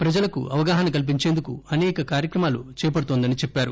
ప్రజలకు అవగాహన కల్పించేందుకు అసేక కార్యక్రమాలు చేపడుతోందని చెప్పారు